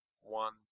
one